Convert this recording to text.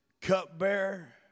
cupbearer